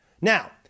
Now